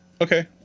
Okay